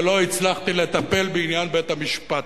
ולא הצלחתי לטפל בעניין בבית-המשפט.